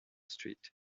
street